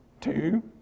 two